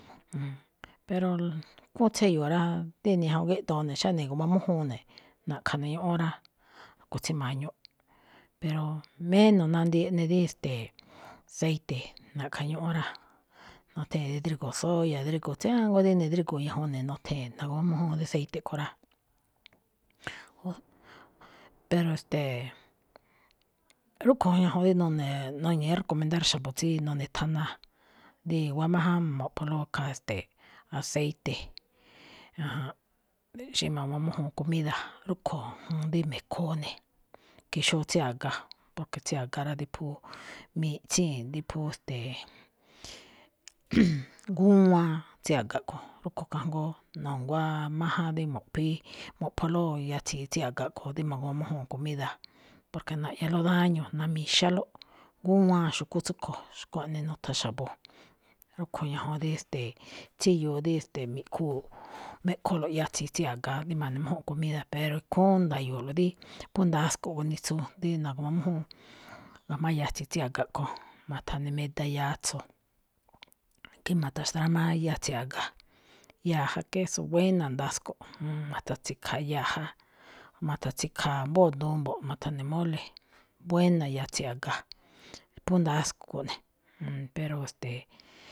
Pero khúún tséyo̱o̱ ráá, díni ñajuun gíꞌdoo ne̱, xáne gu̱mamújúun ne̱, na̱ꞌkha̱ ne̱ ñúꞌún rá, rúꞌkho̱ tsíma̱ñuꞌ. Pero, meno nandii eꞌne díi, ste̱e̱, séite na̱ꞌkha̱ ñúꞌún rá, nuthee̱n rí drígo̱o̱ soya, drígo̱o̱ tsiánguá díni drígo̱o̱ ñajuun ne nothee̱n, na̱gu̱mamújúun dí aceite kho̱ rá. pero e̱ste̱e̱, rúꞌkho̱ ñajuun dí none̱ nuñi̱í recomendar xa̱bo̱ tsí none̱thana, dí i̱wa̱á máján mo̱ꞌpholóꞌ khaa, este̱e̱, aceite. Ajánꞌ, xí ma̱gu̱mamújúun comida, rúꞌkho̱ juun dí me̱khoo ne̱ ke xóo tsí a̱ga, porque tsí a̱ga rá, dí phú miꞌtsíi̱n, dí phú, ste̱e̱, gúwáan tsí a̱ga kho̱. Rúꞌkho̱ kajngó na̱nguá máján dí mu̱ꞌphíí, mo̱ꞌpholóꞌ yatsi̱i tsí a̱ga kho̱, dí ma̱gu̱mamújúun comida, porque naꞌñalóꞌ daño, na̱mi̱xálóꞌ, ndúwáan xu̱kú tsúꞌkho̱. Xkuaꞌnii nutha xa̱bo̱, rúꞌkho̱ ñajuun dí, e̱ste̱e̱, tsíyoo dí, e̱ste̱e̱, mi̱ꞌkhuu, me̱ꞌkholo̱ꞌ yatsi̱i tsí a̱ga dí ma̱ne̱mújún comida, pero ikhúún nda̱yo̱o̱lo̱ꞌ dí phú ndasko̱ꞌ gunitsu dí na̱gu̱mamújúun ga̱jma̱á yatsi̱i tsí a̱ga kho̱, ma̱tha̱ne meda yatso̱, khín ma̱ta̱xtrámáá yatsi̱i aga̱, yaja, queso, buena ndasko̱ꞌ. Ma̱ta̱tsi̱kha̱a̱ yaja, ma̱ta̱tsi̱kha̱a̱ ambóo duun mbo̱ꞌ, ma̱tha̱ne̱ móle̱, buena yatsi̱i a̱ga, phú ndasko̱ꞌ ne̱. Pero ste̱e̱.